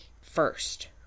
first